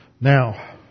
Now